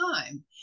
time